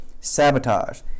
sabotage